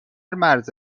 مرز